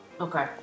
Okay